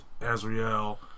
Azrael